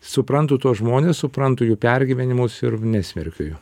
suprantu tuos žmones suprantu jų pergyvenimus ir nesmerkiu jų